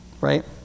right